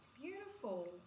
beautiful